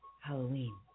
Halloween